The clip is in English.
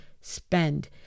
spend